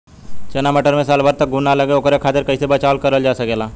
चना मटर मे साल भर तक घून ना लगे ओकरे खातीर कइसे बचाव करल जा सकेला?